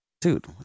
Dude